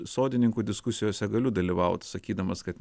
sodininkų diskusijose galiu dalyvaut sakydamas kad